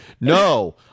no